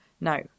No